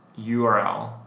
URL